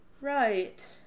Right